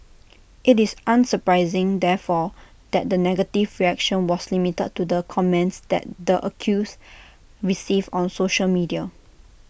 IT is unsurprising therefore that the negative reaction was limited to the comments that the accused received on social media